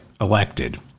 elected